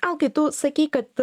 alkai tu sakei kad